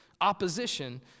opposition